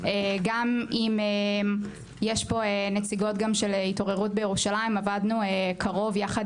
יש פה נציגות של התעוררות בירושלים עבדנו קרוב יחד